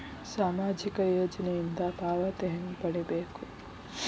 ಸಾಮಾಜಿಕ ಯೋಜನಿಯಿಂದ ಪಾವತಿ ಹೆಂಗ್ ಪಡಿಬೇಕು?